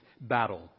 battle